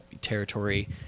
territory